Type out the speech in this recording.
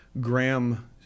Graham